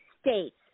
States